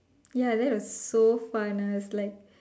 ya that was so fun I was like